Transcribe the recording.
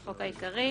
החוק העיקרי),